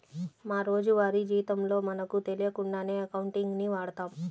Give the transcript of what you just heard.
మా రోజువారీ జీవితంలో మనకు తెలియకుండానే అకౌంటింగ్ ని వాడతాం